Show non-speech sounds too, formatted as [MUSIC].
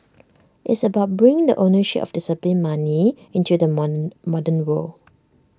it's about bringing the ownership of disciplined money into the [UNINTELLIGIBLE] modern world